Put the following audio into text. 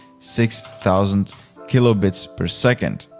six thousand kilobits per second.